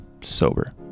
sober